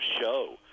show